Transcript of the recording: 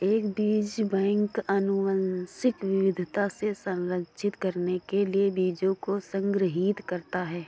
एक बीज बैंक आनुवंशिक विविधता को संरक्षित करने के लिए बीजों को संग्रहीत करता है